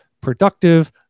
Productive